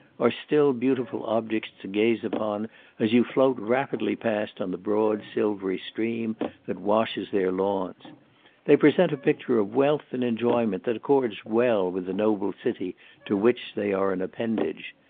are still beautiful objects to gaze upon as you float rapidly past on the broad silvery stream that washes their lawns they present a picture of wealth and enjoyment that accords well with the noble city to which they are an appendage.